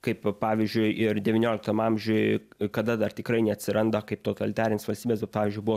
kaip pavyzdžiui ir devynioliktam amžiuj kada dar tikrai neatsiranda kaip totalitarinės valstybės bet pavyzdžiui buvo